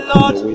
Lord